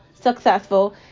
successful